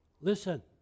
Listen